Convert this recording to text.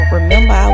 Remember